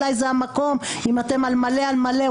אולי זה המקום ואם אתם מלא על מלא,